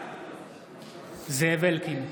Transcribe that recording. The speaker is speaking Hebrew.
בעד זאב אלקין,